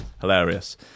Hilarious